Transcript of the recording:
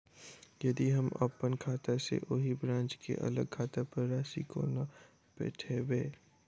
यदि हम अप्पन खाता सँ ओही ब्रांच केँ अलग खाता पर राशि कोना पठेबै?